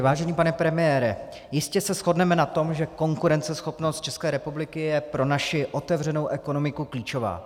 Vážený pane premiére, jistě se shodneme na tom, že konkurenceschopnost České republiky je pro naši otevřenou ekonomiku klíčová.